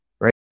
right